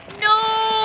no